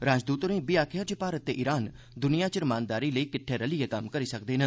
राजदूत होरें इब्बी आखेआ जे भारत ते ईरान दुनिया च रमानदारी लेई किट्ठे रलियै कम्म करी सकदे न